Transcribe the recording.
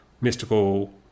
mystical